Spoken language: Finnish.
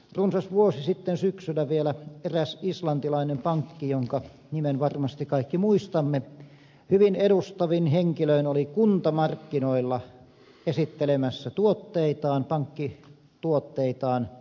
runsas vuosi sitten syksyllä vielä eräs islantilainen pankki jonka nimen varmasti kaikki muistamme hyvin edustavin henkilöin oli kuntamarkkinoilla esittelemässä pankkituotteitaan